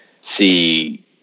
see